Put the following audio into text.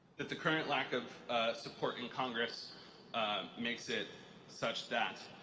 that the current lack of support in congress makes it such that